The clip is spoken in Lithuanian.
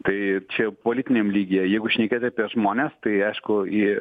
tai čia jau politiniam lygyje jeigu šnekėt apie žmones tai aišku į